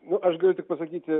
nu aš galiu tik pasakyti